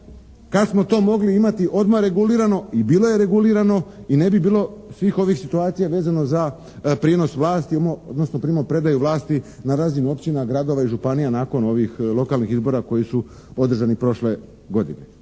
kad smo to mogli imati odmah regulirano i bilo je regulirano i ne bi bilo svih ovih situacija vezano za prijenos vlasti odnosno primopredaju vlasti na razini općina, gradova i županija nakon ovih lokalnih izbora koji su održani prošle godine.